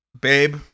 babe